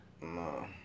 No